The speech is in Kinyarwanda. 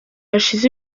hashize